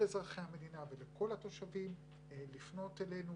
אזרחי המדינה ולכל התושבים לפנות אלינו